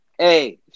Hey